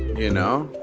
you know?